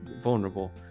vulnerable